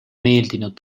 meeldinud